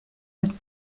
lettre